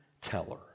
teller